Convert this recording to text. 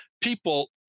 people